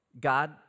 God